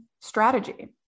strategy